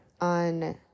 on